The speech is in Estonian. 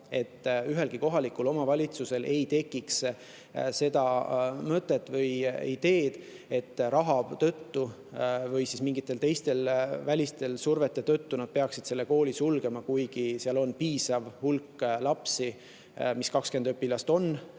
ühelgi kohalikul omavalitsusel ei tekiks mõtet või ideed, et raha tõttu või mingi muu välise surve tõttu nad peaksid kooli sulgema, kuigi seal on piisav hulk lapsi – mis 20 õpilast on